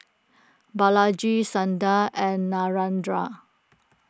Balaji Sundar and Narendra